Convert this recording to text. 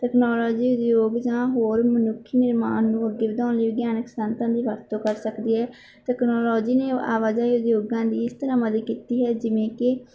technology ਉਦਯੋਗ ਜਾਂ ਹੋਰ ਮਨੁੱਖੀ ਨਿਰਮਾਣ ਨੂੰ ਅੱਗੇ ਵਧਾਉਣ ਲਈ ਵਿਗਿਆਨਿਕ ਸਿਧਾਂਤਾਂ ਦੀ ਵਰਤੋਂ ਕਰ ਸਕਦੀ ਹੈ ਟਕਨੋਲੋਜੀ ਨੇ ਆਵਾਜਾਈ ਉਦਯੋਗਾਂ ਦੀ ਇਸ ਤਰ੍ਹਾਂ ਮਦਦ ਕੀਤੀ ਹੈ ਜਿਵੇਂ ਕਿ